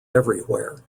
everywhere